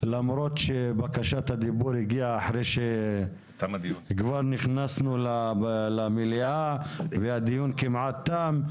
למרות שבקשת הדיבור הגיעה אחרי שכבר נכנסנו למליאה והדיון כמעט תם.